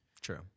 True